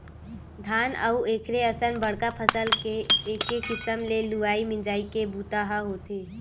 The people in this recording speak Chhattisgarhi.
धान अउ एखरे असन बड़का फसल के एके किसम ले लुवई मिजई के बूता ह होथे